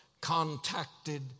contacted